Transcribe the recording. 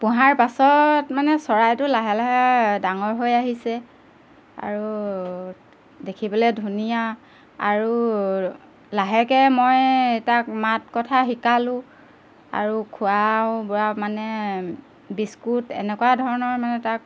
পোহাৰ পাছত মানে চৰাইটো লাহে লাহে ডাঙৰ হৈ আহিছে আৰু দেখিবলৈ ধুনীয়া আৰু লাহেকৈ মই তাক মাত কথা শিকালোঁ আৰু খোৱা বোৱা মানে বিস্কুট এনেকুৱা ধৰণৰ মানে তাক